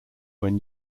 when